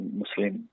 muslim